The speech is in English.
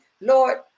Lord